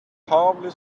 calmly